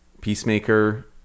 peacemaker